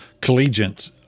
collegiate